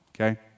Okay